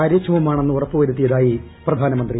കാര്യക്ഷമമാണെന്ന് ഉറപ്പു വ്യരുത്തിയതായി പ്രധാനമന്ത്രി